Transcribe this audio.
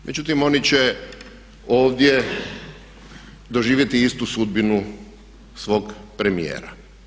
Međutim oni će ovdje doživjeti istu sudbinu svog premijera.